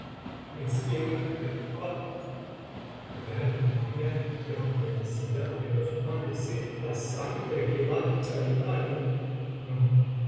me ciegan de espanto podrá limpiar la inmensidad de los mares esta sangre que mancha mi mano no